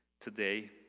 today